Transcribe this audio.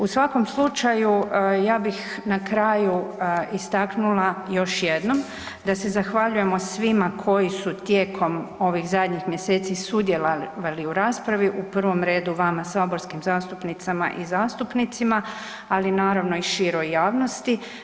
U svakom slučaju ja bih na kraju istaknula još jednom da se zahvaljujemo svima koji su tijekom ovih zadnjih mjeseci sudjelovali u raspravi u prvom redu vama saborskim zastupnicama i zastupnicima, ali naravno i široj javnosti.